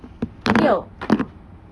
要